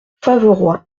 faverois